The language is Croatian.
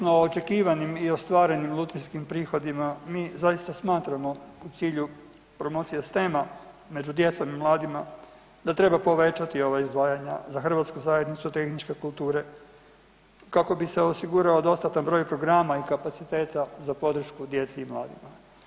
Neovisno o očekivanim i ostvarenim lutrijskim prihodima, mi zaista smatramo u cilju promocije STEM-a među djecom i mladima, da treba povećati ova izdvajanja za Hrvatsku zajednicu tehničke kulture kako bi se osigurao dostatan broj programa i kapaciteta za podršku djeci i mladima.